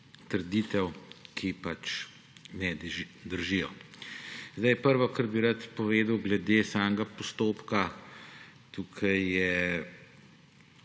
trditev, ki ne držijo. Prvo, kar bi rad povedal, je glede samega postopka. Tukaj je